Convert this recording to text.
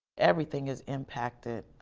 everything is impacted,